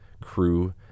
crew